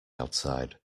outside